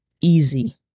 easy